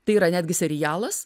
tai yra netgi serialas